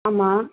ஆமாம்